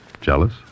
Jealous